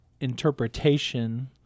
interpretation